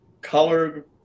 color